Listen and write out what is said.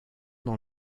dans